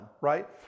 right